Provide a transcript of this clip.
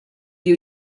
you